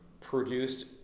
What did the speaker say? produced